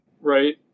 Right